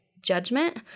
judgment